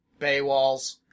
Baywalls